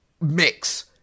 mix